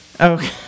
Okay